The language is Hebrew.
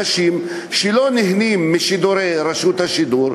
אנשים שלא נהנים משידורי רשות השידור.